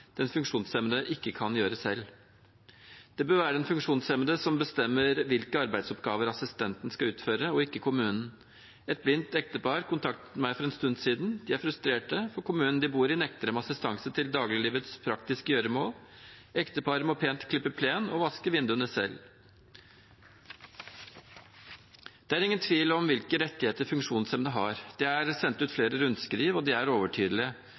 den funksjonshemmede ikke kan gjøre selv. Det bør være den funksjonshemmede som bestemmer hvilke arbeidsoppgaver assistenten skal utføre, ikke kommunen. Et blindt ektepar kontaktet meg for en stund siden. De er frustrerte fordi kommunen de bor i, nekter dem assistanse til dagliglivets praktiske gjøremål. Ekteparet må pent klippe plenen og vaske vinduene selv. Det er ingen tvil om hvilke rettigheter funksjonshemmede har. Det er sendt ut flere rundskriv, og de er